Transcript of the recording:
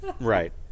Right